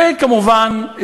וכמובן,